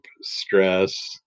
stress